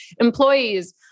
employees